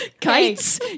Kites